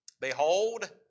Behold